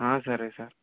సరే సార్